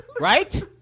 Right